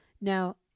Now